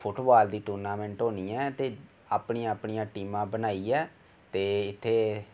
football दी tournament होनी ऐ ते अपनी अपनी टीमां बनाइयै ते इत्थै